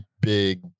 big